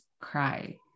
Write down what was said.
cry